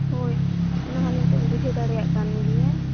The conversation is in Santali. ᱦᱳᱭ ᱚᱱᱟ ᱢᱟ ᱱᱤᱛᱚᱜ ᱤᱧ ᱵᱩᱡᱷᱟᱹᱣ ᱫᱟᱲᱮᱭᱟᱜ ᱠᱟᱱ ᱜᱮᱭᱟ